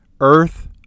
earth